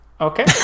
Okay